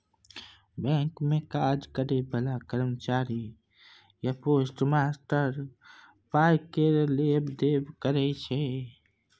bank मे काज करय बला कर्मचारी या पोस्टमास्टर पाइ केर लेब देब करय छै